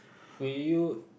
will you